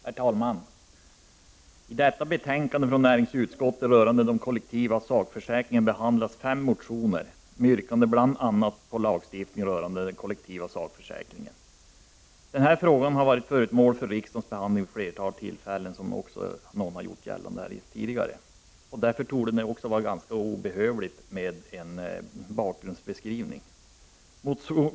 Herr talman! I detta betänkande från näringsutskottet rörande kollektiva sakförsäkringar behandlas fem motioner, där det bl.a. yrkas på en lagstift ning rörande sådana sakförsäkringar. Den här frågan har varit förmål för riksdagens behandling vid flera tidigare tillfällen, som också framhållits här tidigare. Någon bakgrundsbeskrivning torde därför inte vara behövlig.